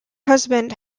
husband